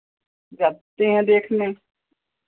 जाते हैं देखने